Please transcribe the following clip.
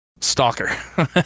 stalker